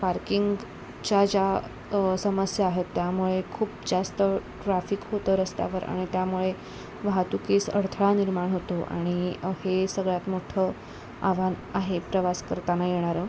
पार्किंगच्या ज्या समस्या आहेत त्यामुळे खूप जास्त ट्राफिक होतं रस्त्यावर आणि त्यामुळे वाहतुकीस अडथळा निर्माण होतो आणि हे सगळ्यात मोठं आव्हान आहे प्रवास करताना येणारं